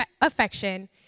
affection